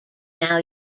now